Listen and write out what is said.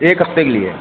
एक हफ्ते के लिए